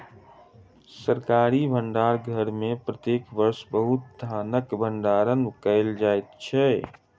सरकारी भण्डार घर में प्रत्येक वर्ष बहुत धानक भण्डारण कयल जाइत अछि